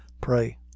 pray